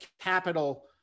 capital